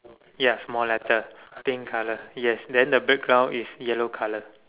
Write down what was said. ya small letter pink colour then the background is yellow colour